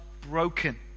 broken